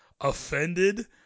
offended